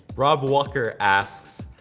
rob walker asks,